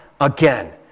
again